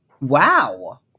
Wow